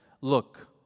Look